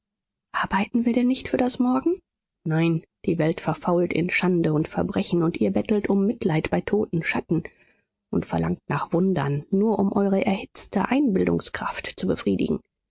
arbeiten wir denn nicht für das morgen nein die welt verfault in schande und verbrechen und ihr bettelt um mitleid bei toten schatten und verlangt nach wundern nur um eure erhitzte einbildungskraft zu befriedigen